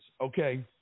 okay